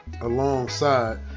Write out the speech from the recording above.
alongside